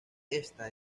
esta